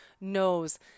knows